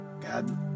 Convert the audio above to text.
God